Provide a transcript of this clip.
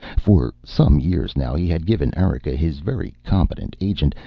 for some years now he had given erika, his very competent agent,